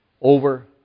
over